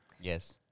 Yes